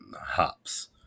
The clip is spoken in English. hops